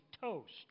toast